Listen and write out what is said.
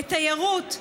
לתיירות,